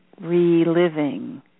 reliving